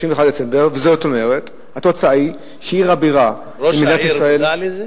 וזאת אומרת שהתוצאה היא שעיר הבירה של מדינת ישראל,